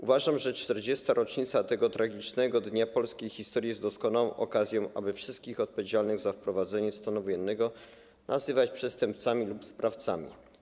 Uważam, że 40. rocznica tego tragicznego dnia w polskiej historii jest doskonałą okazją, aby wszystkich odpowiedzialnych za wprowadzenie stanu wojennego nazywać przestępcami lub sprawcami.